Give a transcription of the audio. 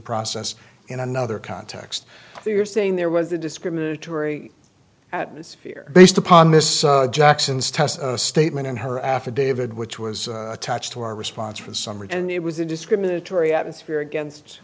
process in another context so you're saying there was a discriminatory atmosphere based upon this jackson's test statement in her affidavit which was attached to our response for some reason it was a discriminatory atmosphere against